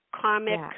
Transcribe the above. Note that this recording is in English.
karmic